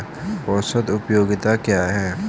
औसत उपयोगिता क्या है?